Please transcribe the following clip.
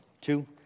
Two